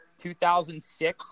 2006